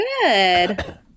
good